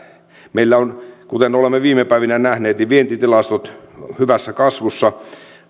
meillä on kuten olemme viime päivinä nähneet vientitilastot hyvässä kasvussa